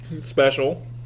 special